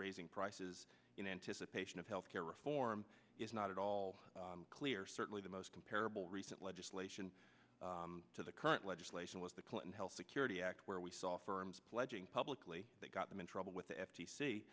raising prices in anticipation of health care reform is not at all clear certainly the most comparable recent legislation to the current legislation was the clinton health security act where we saw firms pledging publicly that got them in trouble with the f